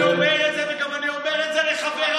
אני אומר את זה ואני גם אומר את זה לחבריי,